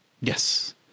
Yes